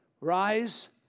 rise